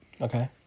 Okay